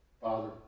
Father